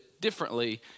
differently